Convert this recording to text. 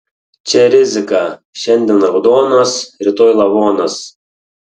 čia rizika šiandien raudonas rytoj lavonas